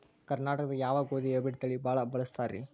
ಕರ್ನಾಟಕದಾಗ ಯಾವ ಗೋಧಿ ಹೈಬ್ರಿಡ್ ತಳಿ ಭಾಳ ಬಳಸ್ತಾರ ರೇ?